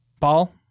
Paul